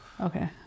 Okay